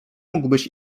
mógłbyś